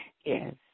Yes